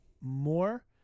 more